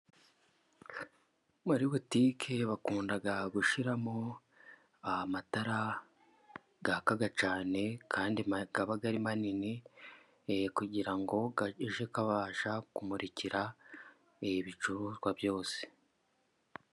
Muri butike bakunda gushyiramo amatara, yaka cyane kandi aba ari manini, e kugira ajye abasha kumurikira ibi bicuruzwa byose.